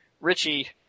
Richie